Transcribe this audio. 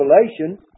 Revelation